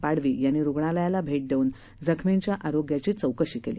पाडवीयांनीरुग्णालयालाभेटदेऊनजखमींच्याआरोग्याचीचौकशीकेली